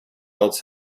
else